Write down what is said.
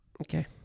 Okay